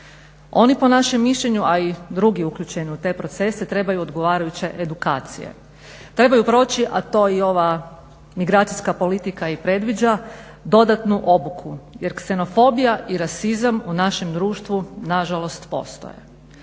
Oni po našem mišljenju, a i drugi uključeni u te procese trebaju odgovarajuće edukacije, trebaju proći a to i ova migracijska politika i predviđa dodatnu obuku jer ksenofobija i rasizam u našem društvu nažalost postoje.